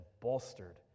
bolstered